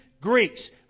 Greeks